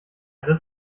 das